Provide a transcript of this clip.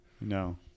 No